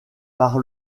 par